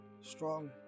strong